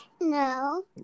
No